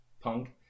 punk